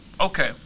okay